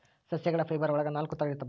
ಸಸ್ಯಗಳ ಫೈಬರ್ ಒಳಗ ನಾಲಕ್ಕು ತರ ಬರ್ತವೆ